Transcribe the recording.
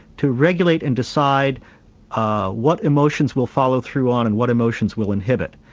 to regulate and decide ah what emotions we'll follow through on and what emotions will inhibit.